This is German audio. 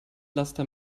laster